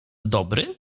dobry